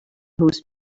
whose